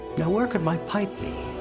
now where could my pipe be?